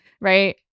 right